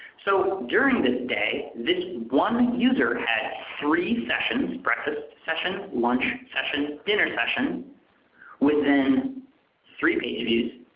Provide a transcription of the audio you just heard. so during the day this one user had three sessions, breakfast session, lunch session, dinner session within three page views,